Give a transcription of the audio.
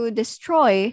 destroy